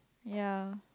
ya